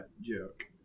joke